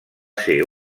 ser